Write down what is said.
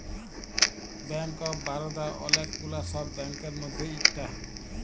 bank of Baroda ওলেক গুলা সব ব্যাংকের মধ্যে ইকটা